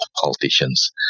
politicians